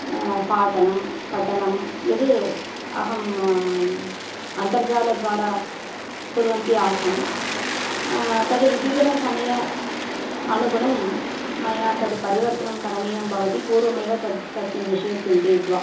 पाठनं पठनं यत् अहं अन्तर्जालद्वारा कुर्वन्ती आसं तत् विद्युदः समयानुगुणं मया तत् परिवर्तनं करणीयं भवति पूर्वमेव तत् तस्मिन् विषये चिन्तयित्वा